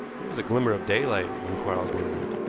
there was a glimmer of daylight when quarles moved.